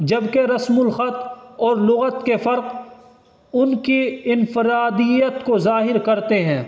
جبکہ رسم الخط اور لغت کے فرق ان کی انفرادیت کو ظاہر کرتے ہیں